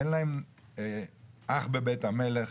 אין להם אח בבית המלך,